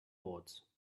boards